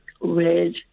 red